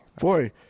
Boy